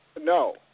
No